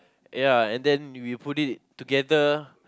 ya and then we put it together